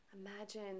Imagine